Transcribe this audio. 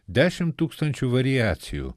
dešim tūkstančių variacijų